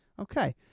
Okay